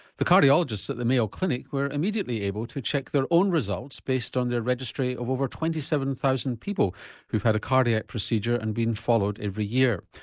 the cardiologists at the mayo clinic were immediately able to check their own results based on their registry of over twenty seven thousand people who've had a cardiac procedure and been followed every year.